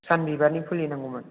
सान बिबारनि फुलि नांगौमोन